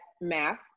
math